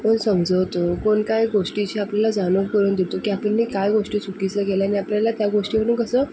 कोण समजवतो कोण काय गोष्टीशी आपल्याला जाणीव करून देतो की आपण हे काय गोष्टी चुकीचं केलं आहे नी आपल्याला त्या गोष्टीवरून कसं